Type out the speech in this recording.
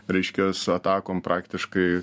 ryškias atakom praktiškai